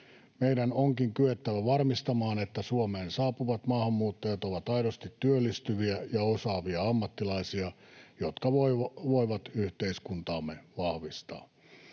Meidän onkin kyettävä varmistamaan, että Suomeen saapuvat maahanmuuttajat ovat aidosti työllistyviä ja osaavia ammattilaisia, jotka voivat yhteiskuntaamme vahvistaa.